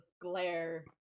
glare